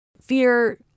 Fear